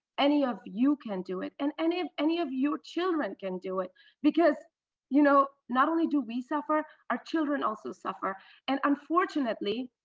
any of you can do it in any of any of your children can do it because you know not only do we suffer, our children also suffer and unfortunately,